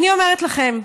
אני אומרת לכם,